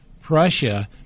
Prussia